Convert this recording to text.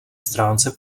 stránce